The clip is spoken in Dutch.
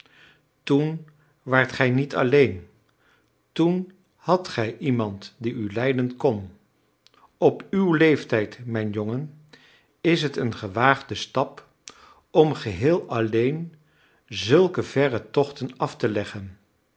toen waart gij niet alleen toen hadt gij iemand die u leiden kon op uw leeftijd mijn jongen is het een gewaagde stap om geheel alleen zulke verre tochten af te leggen